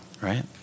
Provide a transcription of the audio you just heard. Right